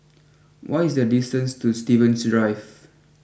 what is the distance to Stevens Drive